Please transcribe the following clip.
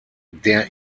der